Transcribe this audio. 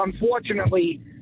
unfortunately